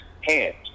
hands